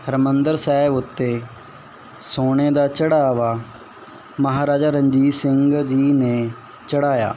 ਹਰਿਮੰਦਰ ਸਾਹਿਬ ਉੱਤੇ ਸੋਨੇ ਦਾ ਚੜਾਵਾ ਮਹਾਰਾਜਾ ਰਣਜੀਤ ਸਿੰਘ ਜੀ ਨੇ ਚੜਾਇਆ